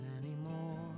anymore